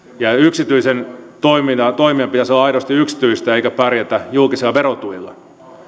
yksityisen toiminnan pitäisi olla aidosti yksityistä eikä pärjätä julkisilla verotuilla